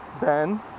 Ben